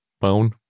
bone